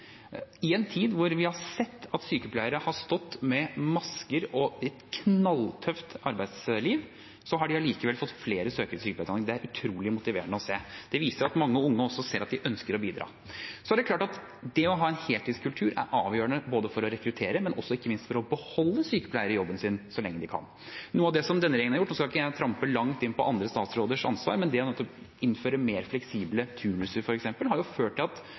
I en tid da vi har sett at sykepleiere har stått med masker og i et knalltøft arbeidsliv, har vi allikevel fått flere søkere til sykepleierutdanningen. Det er utrolig motiverende å se. Det viser at mange unge ønsker å bidra. Det er klart at det å ha en heltidskultur er avgjørende både for å rekruttere og ikke minst for å beholde sykepleiere i jobben så lenge de kan. Noe av det denne regjeringen har gjort – nå skal jeg ikke trampe langt inn på andre statsråders ansvar – er å innføre mer fleksible turnuser, noe som har ført til at